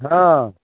बहँ